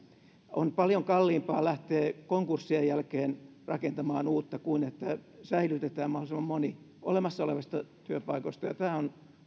on paljon kalliimpaa lähteä konkurssien jälkeen rakentamaan uutta kuin että säilytetään mahdollisimman moni olemassa olevista työpaikoista ja tämä on